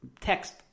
text